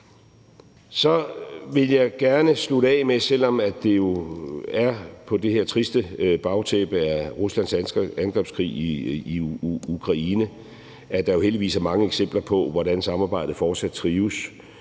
Så vil jeg gerne slutte af med at sige, at der, selv om det jo er på det her triste bagtæppe af Ruslands angrebskrig i Ukraine, heldigvis er mange eksempler på, hvordan samarbejdet fortsat trives,